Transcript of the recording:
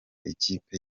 ikipe